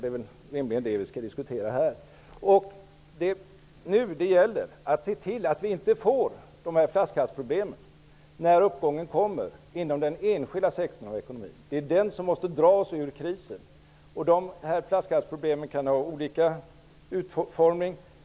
Det är rimligen det vi skall diskutera här. Det gäller nu att se till att vi inte får de här flaskhalsproblemen, när uppgången kommer inom den enskilda sektorn av ekonomin. Det är den som måste dra oss ur krisen. Flaskhalsproblemen kan ha olika utformning.